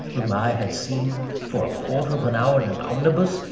whom i had seen for a quarter of an hour in an omnibus,